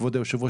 כבוד היושב ראש,